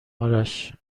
آرش